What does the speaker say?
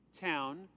town